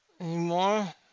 Anymore